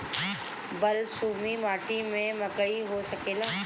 बलसूमी माटी में मकई हो सकेला?